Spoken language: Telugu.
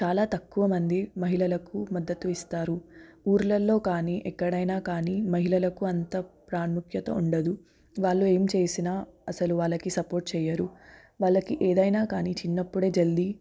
చాలా తక్కువ మంది మహిళలకు మద్దతు ఇస్తారు ఊర్లల్లో కానీ ఎక్కడన్నా కానీ మహిళలకు అంత ప్రాముఖ్యత ఉండదు వాళ్ళు ఏం చేసినా అసలు వాళ్ళకి సపోర్ట్ చెయ్యరు వాళ్ళకి ఏదైనా కానీ చిన్నప్పుడే జల్దీ